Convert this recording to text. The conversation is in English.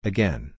Again